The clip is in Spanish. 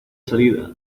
salida